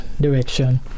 direction